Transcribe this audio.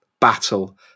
battle